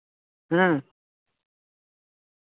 ᱦᱩᱸ